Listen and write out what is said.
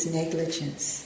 negligence